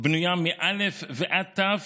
בנויה מאל"ף ועד ת"ו